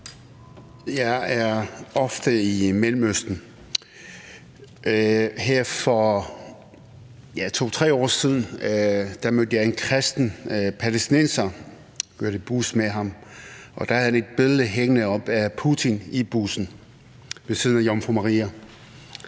Jeg er ofte i Mellemøsten. Her for 2-3 år siden mødte jeg en kristen palæstinenser – jeg kørte i bus med ham – og han havde et billede hængende af Putin i bussen ved siden af jomfru Maria.